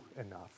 enough